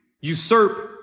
usurp